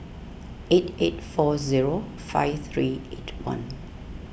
eight eight four zero five three eight one